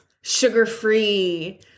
sugar-free